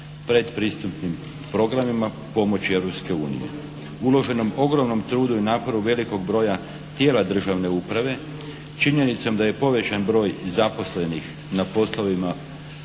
predpristupnim programima pomoći Europske unije. Uloženom ogromnom trudu i naporu velikog broja tijela državne uprave, činjenicom da je povećan broj zaposlenih na poslovima